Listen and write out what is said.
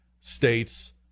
states